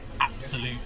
absolute